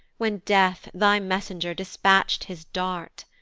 when, death, thy messenger dispatch'd his dart?